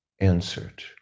answered